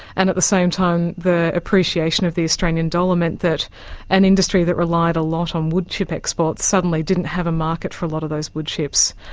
and at the same time the appreciation of the australian dollar meant that an industry that relied a lot on woodchip exports suddenly didn't have a market for a lot of those woodchips.